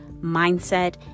mindset